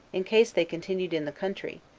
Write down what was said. in case they continued in the country,